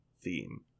theme